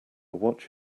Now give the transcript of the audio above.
watch